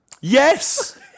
Yes